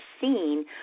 seen